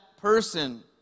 person